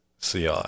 CI